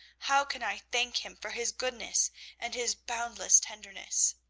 how can i thank him for his goodness and his boundless tenderness?